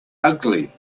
ugly